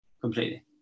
Completely